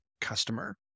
customer